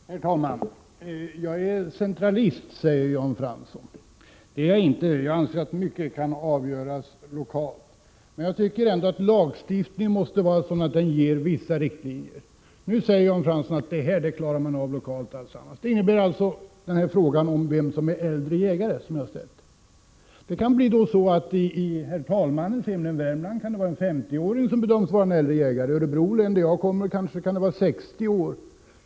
Herr talman! Jag är centralist, säger Jan Fransson. Det är jag inte. Jag anser att mycket kan avgöras lokalt. Men jag tycker att en lagstiftning måste vara sådan att den ger vissa riktlinjer. Jan Fransson säger nu att man klarar av alltsammans lokalt. Då kommer vi till frågan om vem som är äldre jägare, som jag har ställt. I herr talmannens hemlän Värmland kan exempelvis en 50-åring bedömas vara enäldre jägare. I Örebro, varifrån jag kommer, kan det vara en 60-åring.